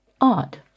odd